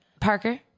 Parker